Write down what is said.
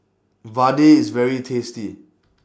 Vadai IS very tasty